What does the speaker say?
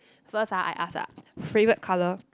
first ah I ask ah favourite colour